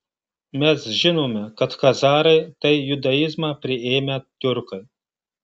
mes žinome kad chazarai tai judaizmą priėmę tiurkai